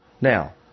Now